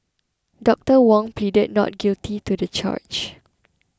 Doctor Wong pleaded not guilty to the charge